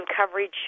coverage